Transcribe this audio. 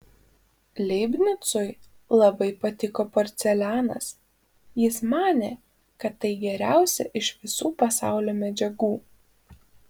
leibnicui labai patiko porcelianas jis manė kad tai geriausia iš visų pasaulio medžiagų